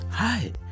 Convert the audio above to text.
Hi